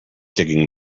digging